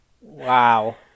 wow